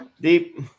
deep